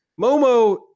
Momo